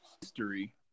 history